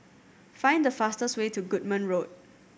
find the fastest way to Goodman Road